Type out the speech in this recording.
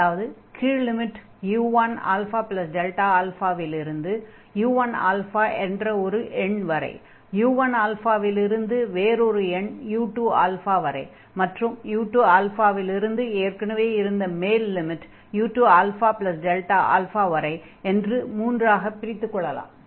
அதாவது கீழ் limit u1α இல் இருந்து u1 என்ற ஒரு எண் வரை u1 இல் இருந்து வேறொரு எண் u2 வரை மற்றும் u2 இல் இருந்து ஏற்கனவே இருந்த மேல் லிமிட் u2αΔα வரை என்று மூன்றாகப் பிரித்துக் கொள்ளலாம்